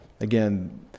Again